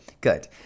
good